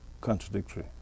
contradictory